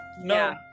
no